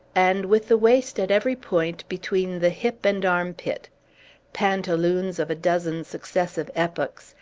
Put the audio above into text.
and with the waist at every point between the hip and arm-pit pantaloons of a dozen successive epochs,